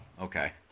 okay